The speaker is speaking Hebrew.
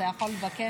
אתה יכול לבקש?